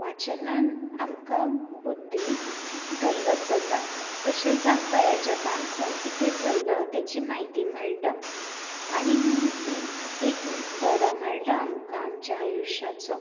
वाचनान आमकां बुद्दी डेवलोप ड्जाानातदज़ ता तशेंच आमकां ह्या जगान खंय कितें चल्ला तेची म्हायती मेळटा आनी एक धडो मेळटा आमकां आमच्या आयुश्याचो